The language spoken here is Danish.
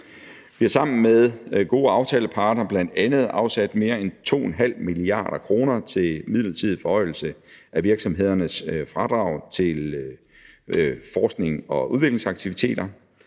Vi har sammen med gode aftalepartnere bl.a. afsat mere end 2,5 mia. kr. til en midlertidig forhøjelse af virksomhedernes fradrag til forskning og udviklingsaktiviteter.